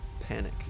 panic